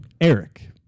Eric